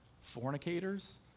fornicators